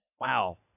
wow